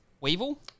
Weevil